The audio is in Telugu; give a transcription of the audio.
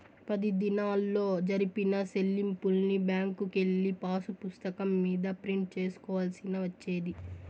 పది దినాల్లో జరిపిన సెల్లింపుల్ని బ్యాంకుకెళ్ళి పాసుపుస్తకం మీద ప్రింట్ సేసుకోవాల్సి వచ్చేది